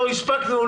לא הספקנו,